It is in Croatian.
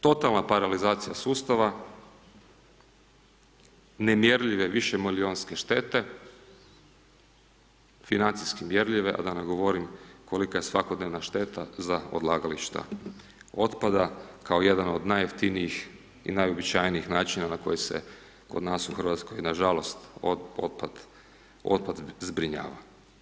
Totalna paralizacija sustava, nemjerljive višemilijunske štete, financijski mjerljive a da ne govorim koliko je svakodnevna šteta za odlagališta otpada kao jedan od najjeftinijih i najuobičajenijih način na koji se kod nas u Hrvatskoj nažalost otpad zbrinjava.